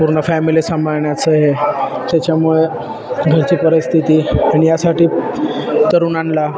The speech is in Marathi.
पूर्ण फॅमिली सांभाळण्याचं हे त्याच्यामुळे घरची परिस्थिती आणि यासाठी तरुणाला